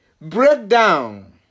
breakdown